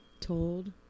told